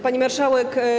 Pani Marszałek!